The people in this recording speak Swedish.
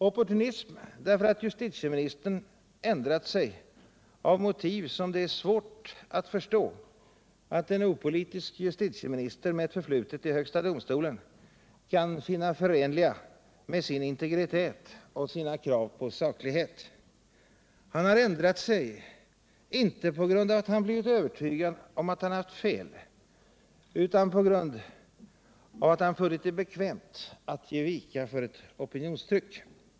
Opportunism är det därför att justitieministern ändrat sig av motiv som det är svårt att förstå att en opolitisk justitieminister med ett förflutet i högsta domstolen kan finna förenliga med sin integritet och sina krav på saklighet. Han har ändrat sig, inte på grund av att han blivit övertygad om att han haft fel, utan på grund av att han funnit det bekvämast att ge vika för ett opinionstryck.